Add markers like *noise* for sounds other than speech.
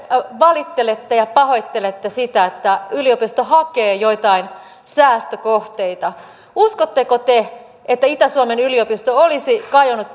valittelette ja pahoittelette sitä että yliopisto hakee joitain säästökohteita uskotteko te että itä suomen yliopisto olisi kajonnut *unintelligible*